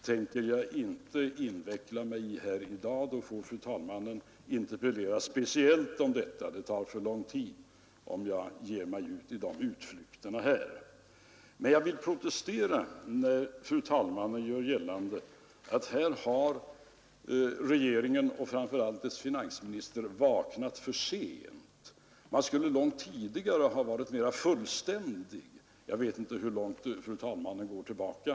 Om fru talmannen önskar ta upp dessa frågor, får hon interpellera speciellt härom. Det skulle ta för lång tid, om jag nu gav mig in på sådana utflykter. Men jag vill protestera när fru talmannen gör gällande att regeringen och framför allt dess finansminister här har vaknat för sent. Man skulle långt tidigare ha varit mera radikal. Jag vet inte hur långt fru talmannen går tillbaka.